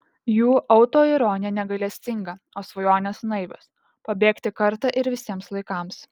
jų autoironija negailestinga o svajonės naivios pabėgti kartą ir visiems laikams